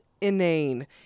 inane